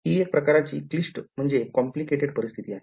हि एका प्रकारची क्लिष्ठ म्हणजे कॉम्प्लिकेटेड परिस्थिती आहे